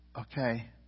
okay